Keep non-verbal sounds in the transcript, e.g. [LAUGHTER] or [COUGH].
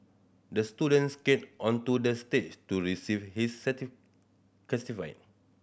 the student skated onto the stage to receive his [UNINTELLIGIBLE]